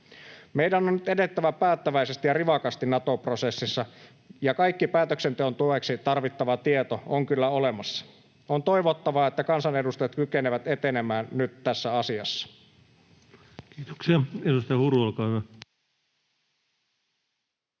Meidän on nyt edettävä päättäväisesti ja rivakasti Nato-prosessissa, ja kaikki päätöksenteon tueksi tarvittava tieto on kyllä olemassa. On toivottavaa, että kansanedustajat kykenevät etenemään nyt tässä asiassa. [Speech 240] Speaker: